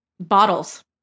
bottles